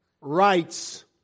Rights